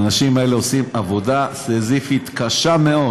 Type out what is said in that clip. האנשים האלה עושים עבודה סיזיפית קשה מאוד.